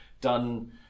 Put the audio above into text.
done